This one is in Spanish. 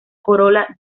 corola